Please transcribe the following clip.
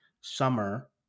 summer